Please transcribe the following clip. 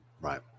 Right